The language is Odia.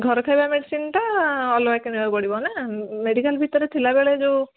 ଘର ଖାଇବା ମେଡିସିନ୍ଟା ଅଲଗା କିଣିବାକୁ ପଡ଼ିବ ନା ମେଡିକାଲ୍ ଭିତରେ ଥିଲାବେଳେ ଯେଉଁ